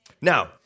Now